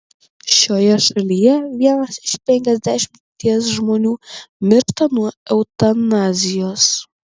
šioje šalyje vienas iš penkiasdešimties žmonių miršta nuo eutanazijos